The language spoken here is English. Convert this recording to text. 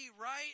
right